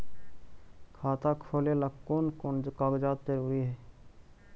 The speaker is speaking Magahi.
खाता खोलें ला कोन कोन कागजात जरूरी है?